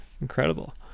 incredible